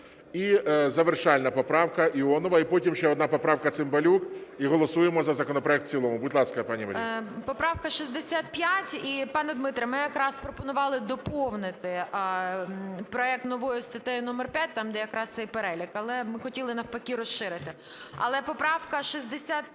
І завершальна поправка Іонової. Потім ще одна поправка Цимбалюка - і голосуємо за законопроект в цілому. Будь ласка, пані Марія. 13:24:53 ІОНОВА М.М. Поправка 65. І, пане Дмитре, ми якраз пропонували доповнити проект новою статтею номер 5, там, де якраз цей перелік, але ми хотіли навпаки розширити. Але поправка 65.